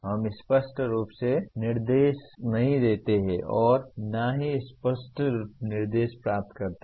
हम स्पष्ट रूप से निर्देश नहीं देते हैं और न ही स्पष्ट निर्देश प्राप्त करते हैं